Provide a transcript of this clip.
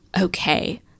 okay